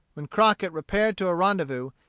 when crockett repaired to a rendezvous,